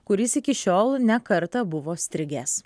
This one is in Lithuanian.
kuris iki šiol ne kartą buvo strigęs